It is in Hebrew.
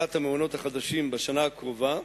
בפתיחת המעונות החדשים בשנה הקרובה,